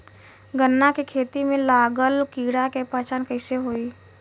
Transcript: गन्ना के खेती में लागल कीड़ा के पहचान कैसे होयी?